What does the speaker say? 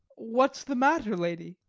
what's the matter, lady?